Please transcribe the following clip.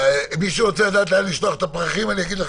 ברשותך, אני רוצה משפט אחד, אני שכחתי.